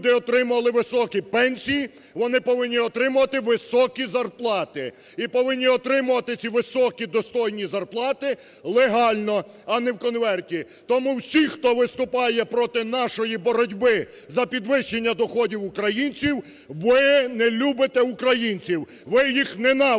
вони повинні отримувати високі зарплати і повинні отримувати ці високі достойні зарплати легально, а не в конверті. Тому всі, хто виступає проти нашої боротьби за підвищення доходів українців, ви не любите українців, ви їх ненавидите,